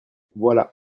voilà